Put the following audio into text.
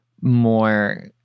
more